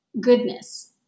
goodness